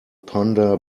panda